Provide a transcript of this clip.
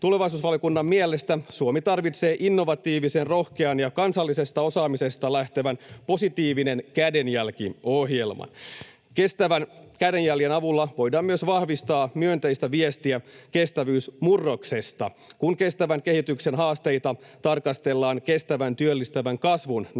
Tulevaisuusvaliokunnan mielestä Suomi tarvitsee innovatiivisen, rohkean ja kansallisesta osaamisesta lähtevän Positiivinen kädenjälki -ohjelman. Kestävän kädenjäljen avulla voidaan myös vahvistaa myönteistä viestiä kestävyysmurroksesta, kun kestävän kehityksen haasteita tarkastellaan kestävän työllistävän kasvun